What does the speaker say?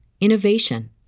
innovation